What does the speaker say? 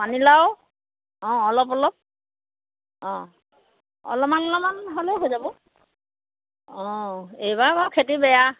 পানী লাও অঁ অলপ অলপ অঁ অলপমান অলপমান হ'লেও হৈ যাব অঁ এইবাৰ বাৰু খেতি বেয়া